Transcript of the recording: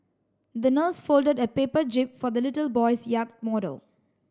the nurse folded a paper jib for the little boy's yacht model